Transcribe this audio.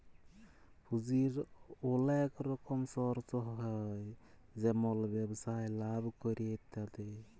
পুঁজির ওলেক রকম সর্স হ্যয় যেমল ব্যবসায় লাভ ক্যরে ইত্যাদি